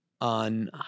on